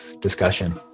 discussion